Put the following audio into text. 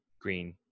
green